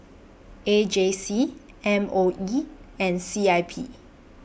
A J C M O E and C I P